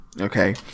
okay